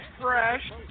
fresh